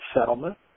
settlement